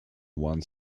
one